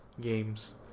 games